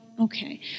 Okay